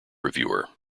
reviewer